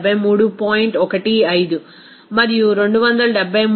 15 మరియు 273